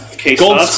Gold